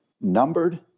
numbered